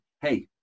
hey